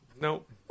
Nope